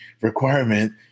requirement